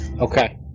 Okay